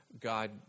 God